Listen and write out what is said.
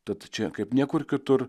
tad čia kaip niekur kitur